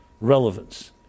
Relevance